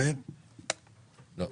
לא.